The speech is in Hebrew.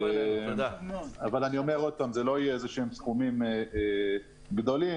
לא יינתנו סכומים גדולים,